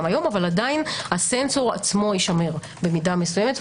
היום אבל עדיין הסנסור יישמר במידה מסוימת.